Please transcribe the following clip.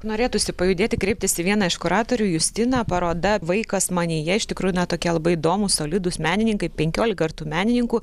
norėtųsi pajudėti kreiptis į vieną iš kuratorių justiną paroda vaikas manyje iš tikrųjų na tokia labai įdomūs solidūs menininkai penkiolika yra tų menininkų